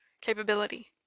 capability